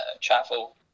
travel